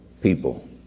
people